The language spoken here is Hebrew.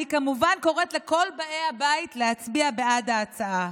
אני כמובן קוראת לכל באי הבית להצביע בעד ההצעה.